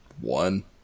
one